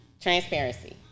Transparency